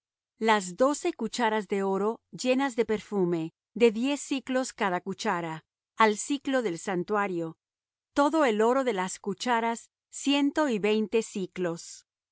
las doce cucharas de oro llenas de perfume de diez siclos cada cuchara al siclo del santuario todo el oro de las cucharas ciento y veinte siclos